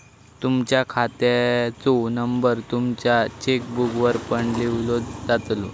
तुमच्या खात्याचो नंबर तुमच्या चेकबुकवर पण लिव्हलो जातलो